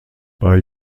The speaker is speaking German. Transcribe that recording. bei